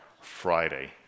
Friday